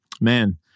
Man